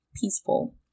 peaceful